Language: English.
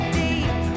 deep